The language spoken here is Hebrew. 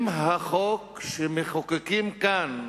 אם החוק שמחוקקים כאן,